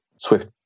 Swift